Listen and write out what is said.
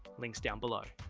links down below.